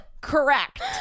correct